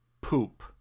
Poop